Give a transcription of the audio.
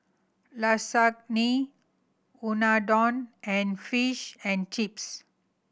Lasagne Unadon and Fish and Chips